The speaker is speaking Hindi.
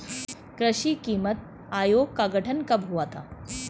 कृषि कीमत आयोग का गठन कब हुआ था?